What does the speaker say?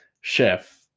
chef